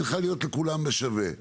צריכה להיות שווה לכולם.